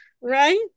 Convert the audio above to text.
Right